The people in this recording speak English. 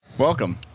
Welcome